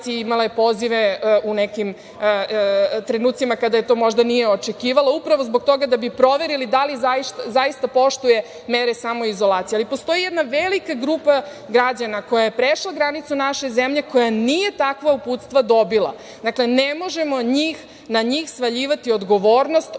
imala je pozive u nekim trenucima kada to možda nije očekivala, upravo zbog toga da bi proverili da li zaista poštuje mere samoizolacije. Ali, postoji jedna velika grupa građana koja je prešla granicu naše zemlje, koja nije takva uputstva dobila. Ne možemo na njih svaljivati odgovornost